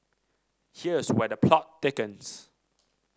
here's where the plot thickens